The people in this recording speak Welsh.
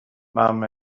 mam